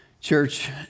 Church